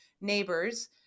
neighbors